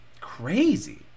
Crazy